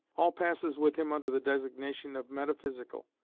all passes with him under the designation of metaphysical,